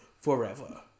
forever